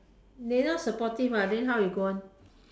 they not supportive ah then how you go on